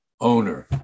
owner